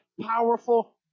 powerful